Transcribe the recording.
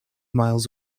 miles